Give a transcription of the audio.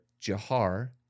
Jahar